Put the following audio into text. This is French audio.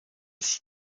six